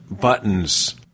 buttons